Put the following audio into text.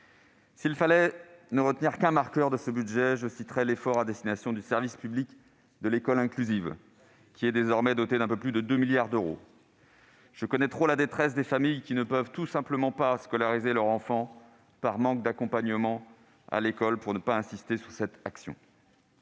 S'il ne fallait retenir qu'un seul marqueur de ce budget, je citerais l'effort à destination du service public de l'école inclusive, qui est désormais doté d'un peu plus de 2 milliards d'euros. Je connais trop la détresse des familles qui ne peuvent pas scolariser leur enfant par manque d'un accompagnement à l'école pour ne pas insister sur cette action.